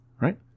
Right